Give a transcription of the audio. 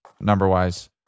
number-wise